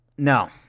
No